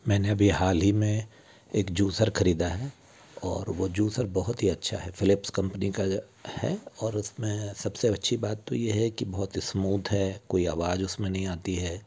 मैंने अभी हाल ही में एक जूसर खरीदा है और वो जूसर बहुत ही अच्छा है फिलिप्स कम्पनी का है और उसमें सबसे अच्छी बात तो ये है कि बहुत स्मूथ है कोई आवाज उसमें नहीं आती है